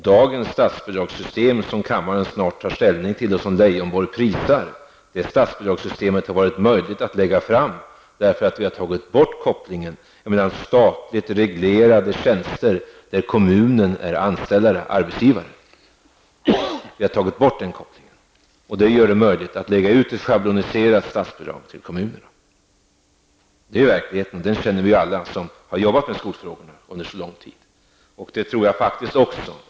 Dagens statsbidragssystem, som kammaren snart tar ställning till, och som Lars Leijonborg prisar, har varit möjligt att lägga fram förslag om därför att vi har tagit bort kopplingen att tjänster med kommunen som arbetsgivare skall vara statligt reglerade. Vi har tagit bort den kopplingen. Det gör det möjligt att lägga ut ett schabloniserat statsbidrag till kommunerna. Det är verkligheten, den känner vi alla som under lång tid har jobbat med skolfrågorna.